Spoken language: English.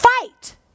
Fight